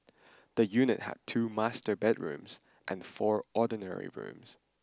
the unit had two master bedrooms and four ordinary rooms